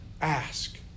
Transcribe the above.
Ask